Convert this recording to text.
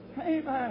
Amen